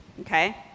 okay